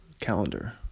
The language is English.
calendar